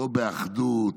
לא באחדות,